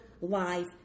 life